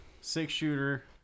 Six-shooter